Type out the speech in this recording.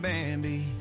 Bambi